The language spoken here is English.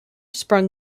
sprung